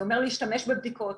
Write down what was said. זה אומר להשתמש בבדיקות,